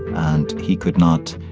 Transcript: and he could not,